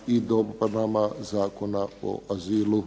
i dopunama Zakona o azilu.